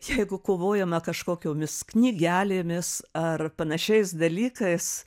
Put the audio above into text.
jeigu kovojome kažkokiomis knygelėmis ar panašiais dalykais